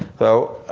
so,